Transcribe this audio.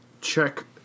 check